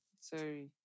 Sorry